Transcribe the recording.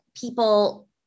people